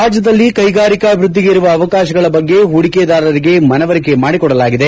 ರಾಜ್ಯದಲ್ಲಿ ಕೈಗಾರಿಕಾ ಅಭಿವೃದ್ದಿಗೆ ಇರುವ ಅವಕಾಶಗಳ ಬಗ್ಗೆ ಹೂಡಿಕೆದಾರರಿಗೆ ಮನವರಿಕೆ ಮಾಡಿಕೊಡಲಾಗಿದೆ